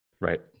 right